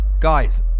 Guys